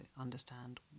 understand